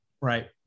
Right